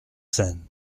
seine